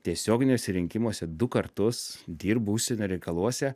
tiesioginiuose rinkimuose du kartus dirbu užsienio reikaluose